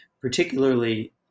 particularly